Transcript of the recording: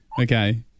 Okay